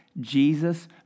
Jesus